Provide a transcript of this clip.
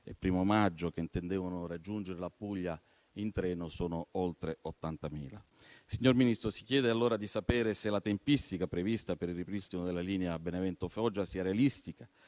i turisti che intendono raggiungere la Puglia in treno siano oltre 80.000. Signor Ministro, si chiede allora di sapere se la tempistica prevista per il ripristino della linea Benevento-Foggia sia realistica,